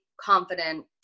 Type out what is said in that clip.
confident